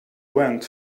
went